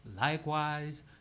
Likewise